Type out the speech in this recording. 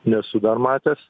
nesu dar matęs